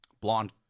Blonde